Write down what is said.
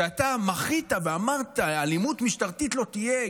שאתה מחית ואמרת: אלימות משטרתית לא תהיה,